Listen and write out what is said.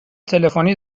تلفنی